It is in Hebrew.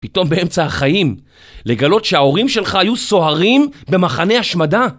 פתאום באמצע החיים לגלות שההורים שלך היו סוהרים במחנה השמדה